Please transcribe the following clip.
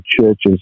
churches